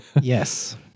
Yes